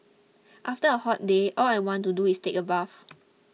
after a hot day all I want to do is take a bath